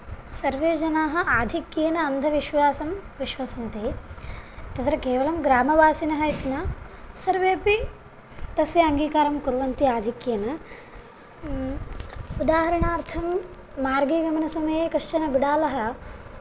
सर्वे जनाः आधिक्येन अन्धविश्वासं विश्वसिन्ति तत्र केवलं ग्रामवासिनः इति न सर्वेपि तस्य अङ्गीकारं कुर्वन्ति आधिक्येन उदाहरणार्थं मार्गे गमनसमये कश्चन बिडालः